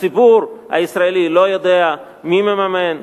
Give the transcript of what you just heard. הציבור הישראלי לא יודע מי מממן,